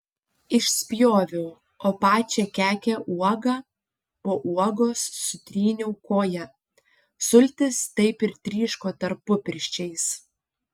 išspjoviau o pačią kekę uoga po uogos sutryniau koja sultys taip ir tryško tarpupirščiais